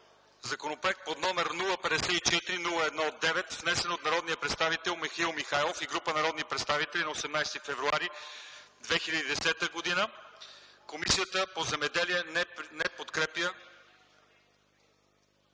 Законопроект с № 054-01-9, внесен от народния представител Михаил Михайлов и група народни представители на 18 февруари 2010 г. Комисията по земеделието и горите